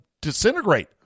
disintegrate